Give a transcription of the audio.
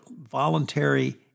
voluntary